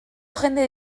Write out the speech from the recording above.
jende